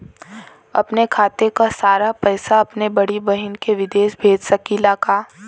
अपने खाते क सारा पैसा अपने बड़ी बहिन के विदेश भेज सकीला का?